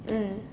mm